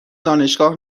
دانشگاه